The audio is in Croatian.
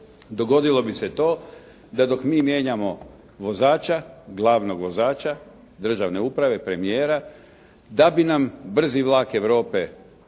Dogodilo bi se to da dok mi mijenjamo vozača, glavnog vozača državne uprave, premijera da bi nam brzi vlak Europe odmakao